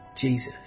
Jesus